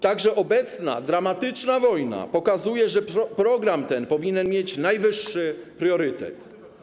Także obecna dramatyczna wojna pokazuje, że program ten powinien mieć najwyższy priorytet.